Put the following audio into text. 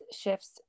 shifts